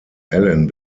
alan